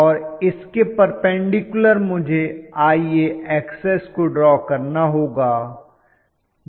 और इसके पर्पन्डिक्युलर मुझे IaXs को ड्रॉ करना होगा